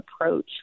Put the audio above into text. approach